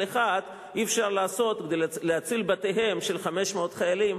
אחד אי-אפשר לעשות כדי להציל בתיהם של 500 חיילים,